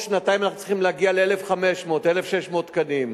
שנתיים אנחנו צריכים להגיע ל-1,600-1,500 תקנים.